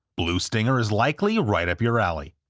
blue stinger is likely right up your alley.